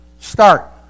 start